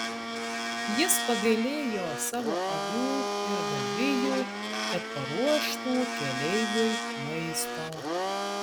jis pagailėjo savo avių ir galvijų kad paruoštų keleiviui maisto